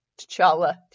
T'Challa